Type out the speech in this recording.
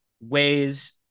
ways